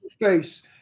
Face